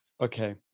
Okay